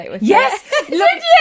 Yes